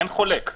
אין חולק.